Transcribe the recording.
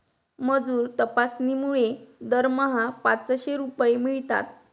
मजूर तपासणीमुळे दरमहा पाचशे रुपये मिळतात